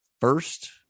first